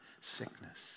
sickness